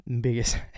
biggest